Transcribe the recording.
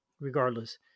regardless